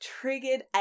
triggered